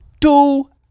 Two